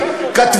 שקר גס.